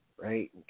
right